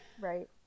Right